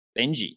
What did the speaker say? Benji